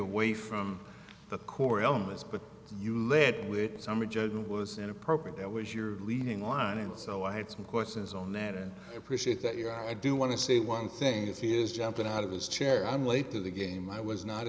away from the core elements but you lead with some of judgment was inappropriate that was your leading line and so i had some questions on that and i appreciate that you know i do want to say one thing if he is jumping out of his chair i'm late to the game i was not